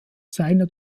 seiner